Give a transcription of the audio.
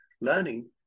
Learning